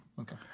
Okay